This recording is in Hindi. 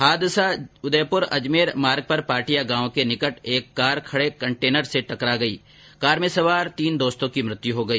हादसा उदयपुर अहमदाबाद मार्ग पर पाटिया गांव के निकट एक कार खड़े कंटेनर से टकरा जाने से कार में सवार तीन दोस्तों की मृत्यु हो गई